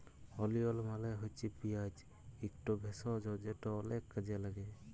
ওলিয়ল মালে হছে পিয়াঁজ ইকট ভেষজ যেট অলেক কাজে ল্যাগে